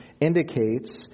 indicates